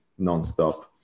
nonstop